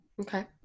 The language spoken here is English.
Okay